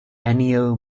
ennio